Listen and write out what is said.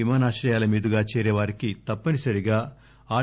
విమానాశ్రయాలమీదుగా చేరే వారికి తప్పనిసరిగా ఆర్